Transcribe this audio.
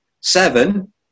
Seven